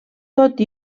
tot